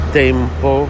tempo